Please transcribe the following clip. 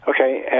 Okay